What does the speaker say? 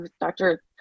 Dr